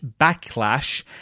backlash